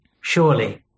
surely